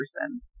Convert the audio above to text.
person